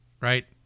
right